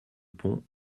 pont